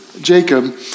Jacob